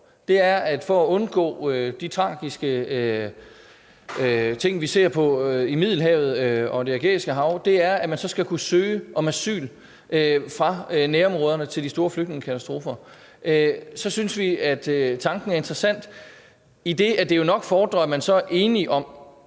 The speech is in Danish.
foreslår for at undgå de tragiske ting, vi ser i Middelhavet og Det Ægæiske Hav, er, at der så skal kunne søges om asyl fra nærområderne til de store flygtningekatastrofer, så synes vi, at tanken er interessant, men det fordrer nok, at der opnås enighed om,